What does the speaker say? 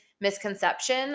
misconception